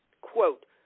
quote